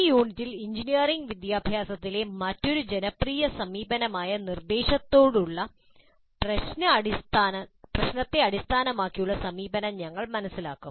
ഈ യൂണിറ്റിൽ എഞ്ചിനീയറിംഗ് വിദ്യാഭ്യാസത്തിലെ മറ്റൊരു ജനപ്രിയ സമീപനമായ നിർദ്ദേശങ്ങളോടുള്ള പ്രശ്നത്തെ അടിസ്ഥാനമാക്കിയുള്ള സമീപനം ഞങ്ങൾ മനസ്സിലാക്കും